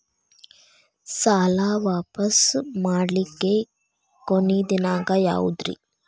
ಸಾಲಾ ವಾಪಸ್ ಮಾಡ್ಲಿಕ್ಕೆ ಕೊನಿ ದಿನಾಂಕ ಯಾವುದ್ರಿ?